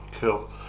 cool